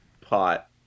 pot